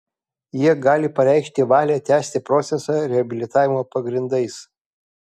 jie gali pareikšti valią tęsti procesą reabilitavimo pagrindais